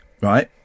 Right